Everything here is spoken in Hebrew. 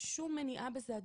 אין לה את הדבר הזה.